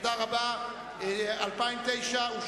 סעיף 96, הוצאות בנק הדואר, לשנת 2009, נתקבל.